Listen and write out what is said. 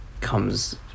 comes